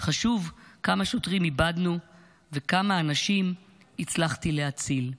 חשוב כמה שוטרים איבדנו וכמה אנשים הצלחתי להציל".